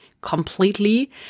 completely